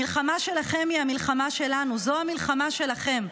המלחמה שלכם היא, "המלחמה שלנו זו המלחמה שלכם.